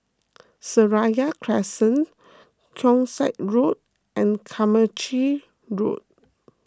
Seraya Crescent Keong Saik Road and Carmichael Road